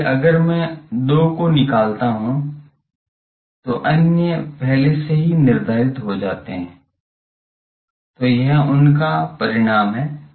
इसलिए अगर मैं 2 को निकलता हूँ तो अन्य पहले से ही निर्धारित हो जाते हैं तो यह इनका परिणाम है